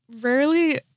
rarely